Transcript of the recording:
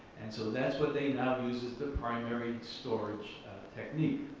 and so that's what they now use as the primary storage technique.